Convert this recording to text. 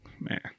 Man